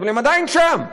אבל הן עדיין שם,